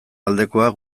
aldekoak